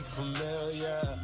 familiar